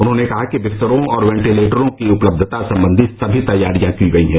उन्होंने कहा कि बिस्तरों और वेंटीलेटरों की उपलब्धता संबंधी सभी तैयारियां की गई हैं